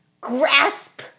grasp